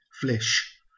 flesh